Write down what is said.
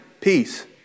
peace